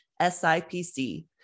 SIPC